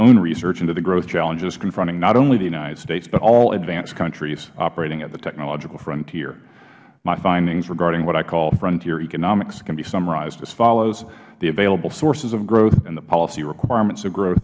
own research into the growth challenges confronting not only the united states but all advanced countries operating at the technological frontier my findings regarding what i call frontier economics can be summarized as follows the available sources of growth and the policy requirements of gro